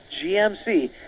GMC